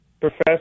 professor